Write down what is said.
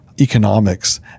economics